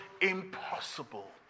impossible